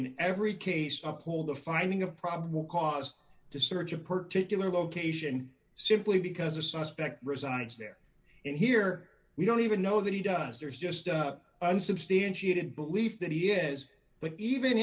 in every case of hold the finding of probable cause to search a particular location simply because a suspect resides there and here we don't even know that he does there's just unsubstantiated belief that he is but even